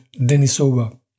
Denisova